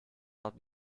not